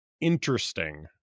interesting